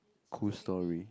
cool story